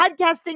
podcasting